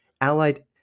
Allied